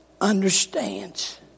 understands